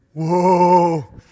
Whoa